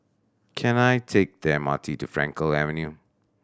can I take the M R T to Frankel Avenue